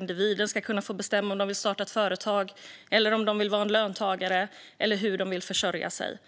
Individen ska kunna bestämma om man vill starta företag eller vara löntagare, hur man vill försörja sig.